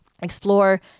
explore –